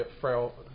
frail